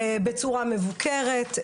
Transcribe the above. פיילוט בצורה מבוקרת,